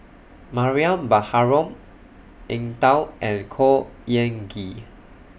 Mariam Baharom Eng Tow and Khor Ean Ghee